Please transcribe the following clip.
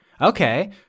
Okay